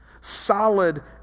solid